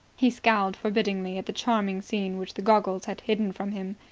he scowled forbiddingly at the charming scene which the goggles had hidden from him.